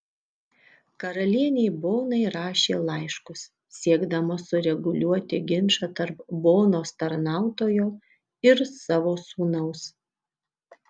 karalienei bonai rašė laiškus siekdama sureguliuoti ginčą tarp bonos tarnautojo ir savo sūnaus